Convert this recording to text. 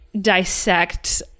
dissect